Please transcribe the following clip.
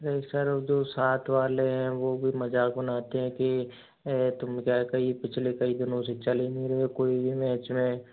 नहीं सर जो साथ वाले हैं वो भी मज़ाक बनाते हैं कि तुम क्या कई पिछले कई दिनों से चल ही नहीं रहे हो कोई भी मैच में